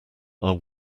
are